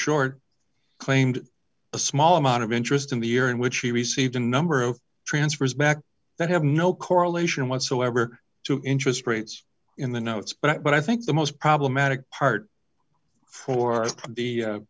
short claimed a small amount of interest in the year in which he received a number of transfers back that have no correlation whatsoever to interest rates in the notes but i think the most problematic part for the